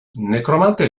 nekromantea